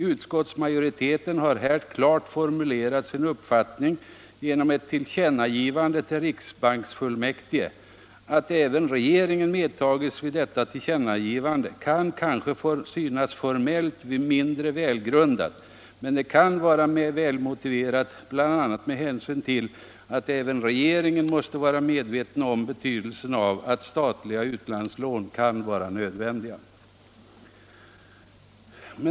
Utskottsmajoriteten har här klart formulerat sin uppfattning genom ett tillkännagivande till riksbanksfullmäktige. Att även regeringen medtagits vid detta tillkännagivande kan kanske synas formellt mindre välgrundat, men det kan vara välmotiverat bl.a. med hänsyn till att även regeringen måste vara medveten om att statliga utlandslån kan vara nödvändiga.